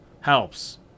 helps